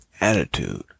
attitude